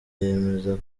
yemeza